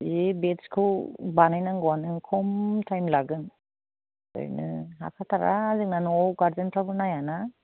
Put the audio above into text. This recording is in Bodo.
बे बेट्सखौ बानायनांगौआनो खम टाइम लागोन ओरैनो हाखाथारा जोंना न'आव गारजेनफ्राबो नाया ना